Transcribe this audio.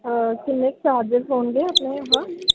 ਕਿੰਨੇ ਕੁ ਚਾਰਜਸ ਹੋਣਗੇ ਆਪਣੇ ਇਹ